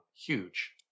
Huge